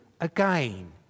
again